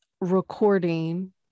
recording